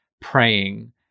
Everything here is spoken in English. praying